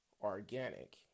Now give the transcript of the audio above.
organic